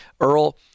Earl